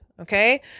Okay